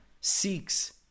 seeks